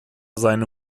seine